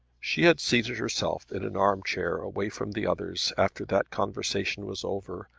she had seated herself in an arm-chair away from the others after that conversation was over,